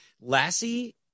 Lassie